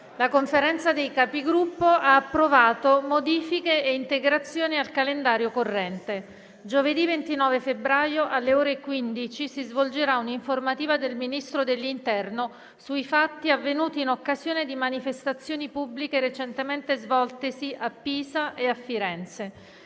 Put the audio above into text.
La Conferenza dei Capigruppo ha approvato modifiche e integrazioni al calendario corrente. Giovedì 29 febbraio, alle ore 15, si svolgerà un'informativa del Ministro dell'interno sui fatti avvenuti in occasione di manifestazioni pubbliche recentemente svoltesi a Pisa e a Firenze.